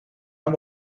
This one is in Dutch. aan